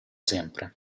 sempre